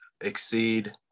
exceed